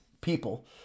people